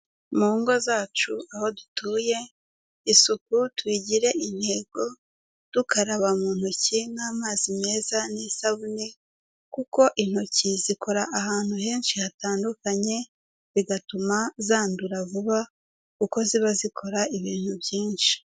Mu ngo zacu aho dutuye isuku tuyigire intego, dukaraba mu ntoki n'amazi meza n'isabune kuko intoki zikora ahantu henshi hatandukanye, bigatuma zandura vuba kuko ziba zikora ibintu byinshi.